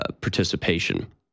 participation